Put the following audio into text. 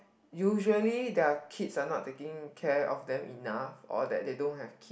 usually their kids are not taking care of them enough or that they don't have